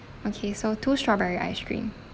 okay so two strawberry ice cream